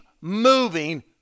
moving